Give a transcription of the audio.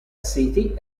city